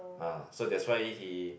ah so that's why he